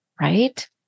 right